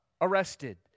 arrested